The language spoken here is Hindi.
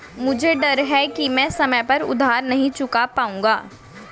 मुझे डर है कि मैं समय पर उधार नहीं चुका पाऊंगा